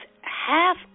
half